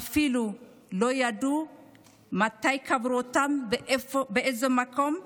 ואפילו לא ידעו מתי קברו אותם, באיזה מקום,